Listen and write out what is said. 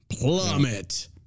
Plummet